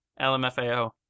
LMFAO